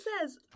says